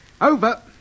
over